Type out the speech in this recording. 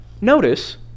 notice